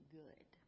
good